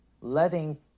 letting